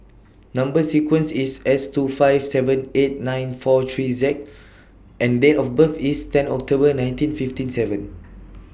Number sequence IS S two five seven eight nine four three Z and Date of birth IS ten October nineteen fifty seven